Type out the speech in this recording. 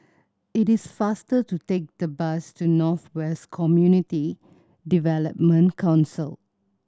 it is faster to take the bus to North West Community Development Council